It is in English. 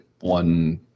one